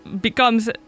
becomes